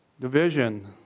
Division